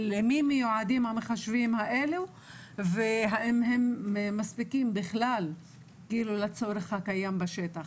למי מיועדים המחשבים האלה והאם הם בכלל מספיקים לצורך שקיים בשטח.